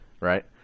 right